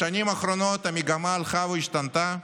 בשנים האחרונות המגמה הלכה והשתנתה,